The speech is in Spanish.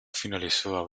finalizó